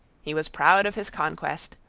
he was proud of his conquest,